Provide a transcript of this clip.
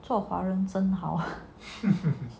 做华人真好